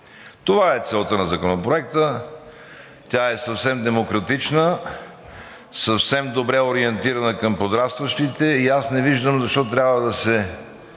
Това е целта на Законопроекта. Тя е съвсем демократична, съвсем добре ориентирана към подрастващите и аз не виждам защо трябва да се